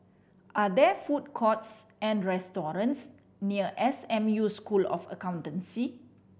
are there food courts or restaurants near S M U School of Accountancy